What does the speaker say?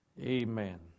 Amen